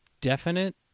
definite